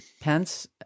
Pence